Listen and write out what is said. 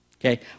Okay